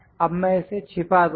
अब मैं इसे छिपा दूँगा